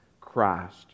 Christ